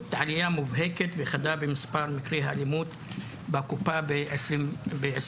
עלייה מובהקת וחדה במספר מקרי האלימות בקופה ב-2022.